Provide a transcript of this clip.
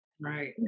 Right